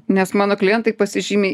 nes mano klientai pasižymi